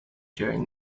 during